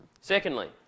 Secondly